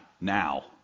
now